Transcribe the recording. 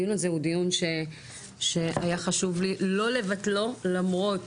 הדיון הזה הוא דיון שהיה חשוב לי לא לבטלו למרות